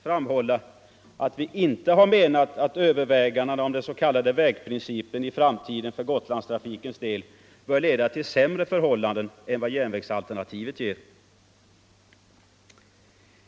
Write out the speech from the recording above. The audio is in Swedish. framhålla att vi inte har menat att övervägandena om den s.k. vägprincipen i framtiden för Gotlandstrafikens del bör leda till sämre förhållanden än järnvägsalternativet ger.